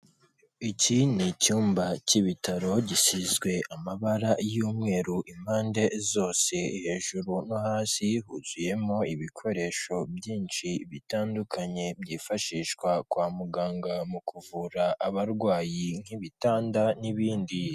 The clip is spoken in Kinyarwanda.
Iki ni icyumba cy'ibitaro gisizwe amabara y'umweru impande zose hejuru no hasi huzuyemo ibikoresho byinshi bitandukanye byifashishwa kwa muganga mu kuvura abarwayi nk'ibitanda n'ibindi.